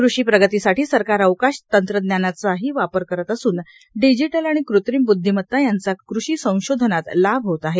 कृषी प्रगतीसाठी सरकार अवकाश तंत्रज्ञानाचाही वापर करत असून डिजिटल आणि कृत्रिम ब्द्वीमत्ता यांचाही कृषी संशोधनात लाभ होत आहे